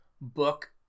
book